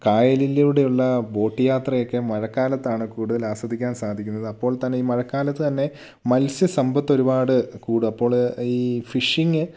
കായലിലൂടെ ഉള്ള ബോട്ട് യാത്രയൊക്കെ മഴക്കാലത്താണ് കൂടുതൽ ആസ്വദിക്കാൻ സാധിക്കുന്നത് അപ്പോൾ തന്നെ ഈ മഴക്കാലത്ത് തന്നെ മത്സ്യ സമ്പത്ത് ഒരുപാട് കൂടും അപ്പോൾ ഈ ഫിഷിങ്ങ്